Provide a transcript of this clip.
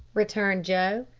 returned joe.